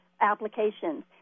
applications